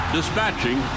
Dispatching